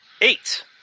Eight